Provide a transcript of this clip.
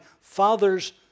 father's